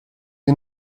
sie